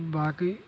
باقٕے